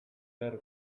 zer